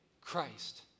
Christ